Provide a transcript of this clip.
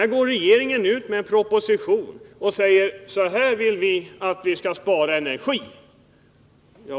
Regeringen går nu ut med en proposition där den redogör för hur den vill att vi skall spara energi.